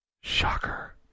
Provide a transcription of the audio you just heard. Shocker